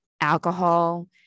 alcohol